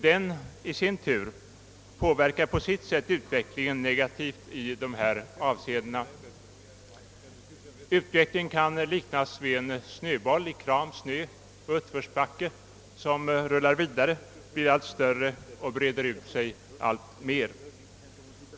Denna senare i sin tur påverkar på sitt sätt negativt utvecklingen i dessa avseenden. Utvecklingen kar liknas vid en snöboll i kramsnö som i en utförsbacke rullar vidare, bli allt större och breder ut sig alltmer.